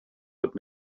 but